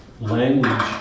language